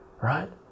right